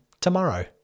tomorrow